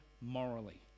morally